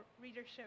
readership